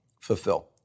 fulfill